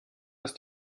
ist